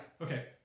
Okay